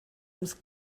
ums